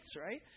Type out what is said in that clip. right